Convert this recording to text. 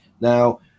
Now